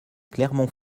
clermont